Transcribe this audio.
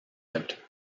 out